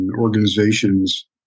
organizations